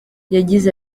yagize